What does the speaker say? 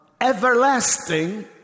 everlasting